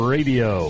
Radio